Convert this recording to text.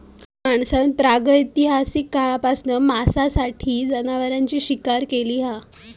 माणसान प्रागैतिहासिक काळापासना मांसासाठी जनावरांची शिकार केली हा